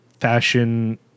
fashion